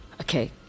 okay